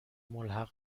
ملحق